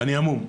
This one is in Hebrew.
ואני המום.